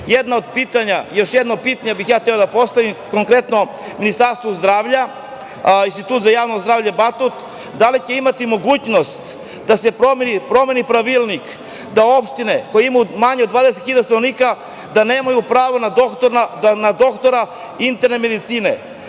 zemlji Srbiji. Još jedno pitanje bih hteo da postavim, konkretno, Ministarstvu zdravlja, Institutu za javno zdravlje Batut – da li će imati mogućnosti da se promeni pravilnik, da opštine koje imaju manje od 20 hiljada stanovnika da nemaju pravo na doktora interne medicine?